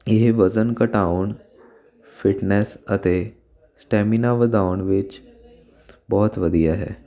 ਇਹ ਵਜ਼ਨ ਘਟਾਉਣ ਫਿਟਨੈਸ ਅਤੇ ਸਟੈਮਿਨਾ ਵਧਾਉਣ ਵਿੱਚ ਬਹੁਤ ਵਧੀਆ ਹੈ